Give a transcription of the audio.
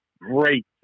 great